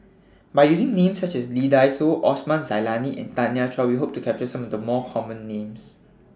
By using Names such as Lee Dai Soh Osman Zailani and Tanya Chua We Hope to capture Some of The Common Names